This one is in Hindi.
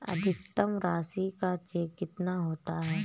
अधिकतम राशि का चेक कितना होता है?